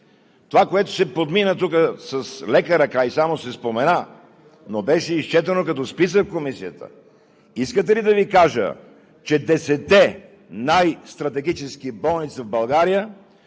това, което се подмина тук с лека ръка и само се спомена, но беше изчетено като списък в Комисията – искате ли да Ви кажа, че директорите на десетте най-стратегически болници в България